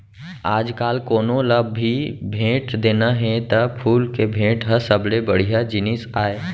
आजकाल कोनों ल भी भेंट देना हे त फूल के भेंट ह सबले बड़िहा जिनिस आय